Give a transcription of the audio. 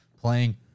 playing